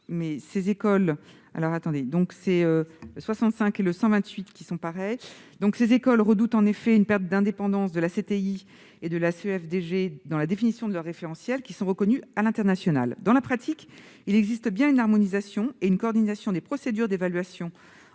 concernées redoutent en effet une perte d'indépendance de la CTI et de la CEFDG dans la définition de leurs référentiels, qui sont reconnus à l'international. Dans la pratique, il existe bien une harmonisation et une coordination des procédures d'évaluation